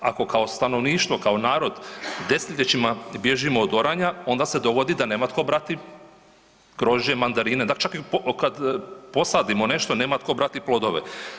Ako kao stanovništvo, kao narod desetljećima bježimo od oranja, onda se dogodi da nema tko brati grožđe, mandarine, čak i kad posadimo nešto, nema tko brati plodove.